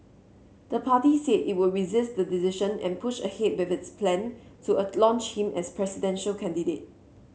the party said it would resist the decision and push ahead with its plan to launch him as presidential candidate